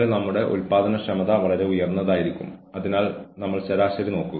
പിന്നീട് സംഘടനയിൽ ഉപയോഗിക്കേണ്ടതെന്തും പഠിപ്പിക്കുന്നു